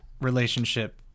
relationship